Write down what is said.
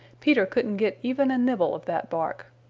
peter couldn't get even a nibble of that bark.